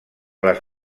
les